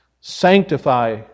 sanctify